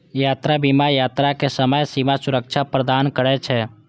यात्रा बीमा यात्राक समय बीमा सुरक्षा प्रदान करै छै